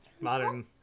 modern